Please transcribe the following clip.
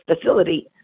facility